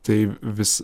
tai vis